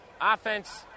Offense